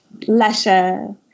pleasure